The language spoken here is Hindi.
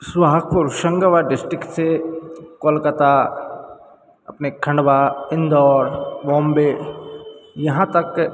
सोहागपुर होशंगाबाद डिस्टिक से कोलकाता अपने खंडवा इंदौर बॉम्बे यहाँ तक